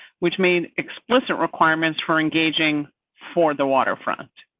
which made explicit requirements for engaging for the waterfront.